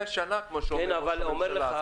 כמו שאומר ראש הממשלה --- אבל אומר לך,